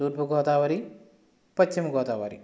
తూర్పు గోదావరి పశ్చిమ గోదావరి